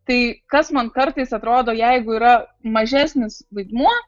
tai kas man kartais atrodo jeigu yra mažesnis vaidmuo